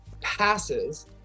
passes